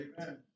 Amen